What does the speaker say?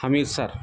حمید سر